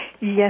Yes